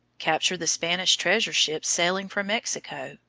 capture the spanish treasure-ships sailing from mexico,